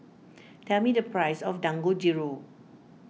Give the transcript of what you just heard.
tell me the price of Dangojiru